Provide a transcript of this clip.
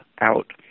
out